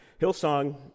Hillsong